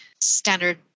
standard